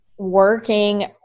Working